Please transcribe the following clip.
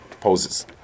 poses